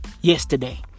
yesterday